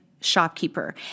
shopkeeper